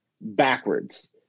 backwards